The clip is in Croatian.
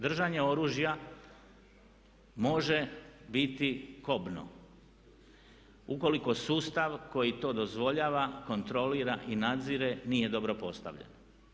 Držanje oružja može biti kobno ukoliko sustav koji to dozvoljava kontrolira i nadzire nije dobro postavljen.